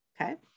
okay